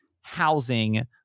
housing